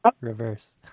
reverse